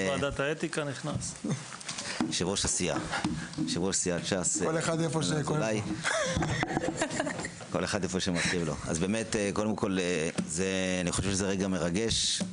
יושב-ראש סיעת ש"ס, אני חושב שזה רגע מרגש.